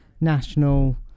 national